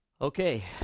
Okay